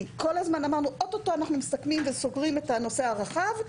כי כל הזמן אמרנו אוטוטו אנחנו מסכמים וסוגרים את הנושא הרחב.